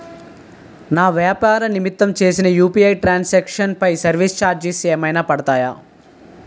వ్యాపార నిమిత్తం చేసిన యు.పి.ఐ ట్రాన్ సాంక్షన్ పై సర్వీస్ చార్జెస్ ఏమైనా పడతాయా?